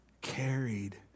carried